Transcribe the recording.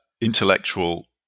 intellectual